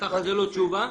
ככה זה לא תשובה,